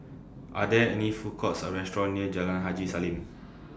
Are There any Food Courts Or restaurants near Jalan Haji Salam